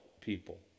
people